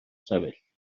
sefyll